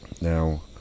Now